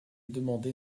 demandait